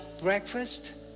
breakfast